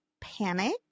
panic